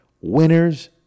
winners